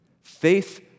Faith